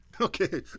Okay